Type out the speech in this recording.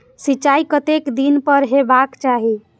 सिंचाई कतेक दिन पर हेबाक चाही?